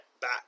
back